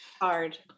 Hard